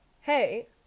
hey